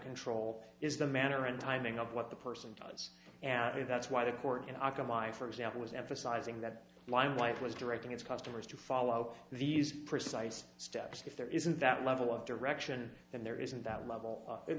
control is the manner and timing of what the person does and that's why the court and i can lie for example was emphasizing that limelight was directing its customers to follow these precise steps if there isn't that level of direction and there isn't that level i